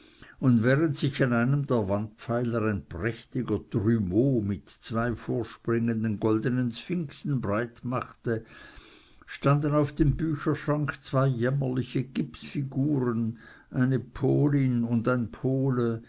und während sich an einem der wandpfeiler ein prächtiger trumeau mit zwei vorspringenden goldenen sphinxen breitmachte standen auf dem bücherschrank zwei jämmerliche gipsfiguren eine polin und ein pole